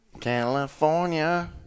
California